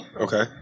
Okay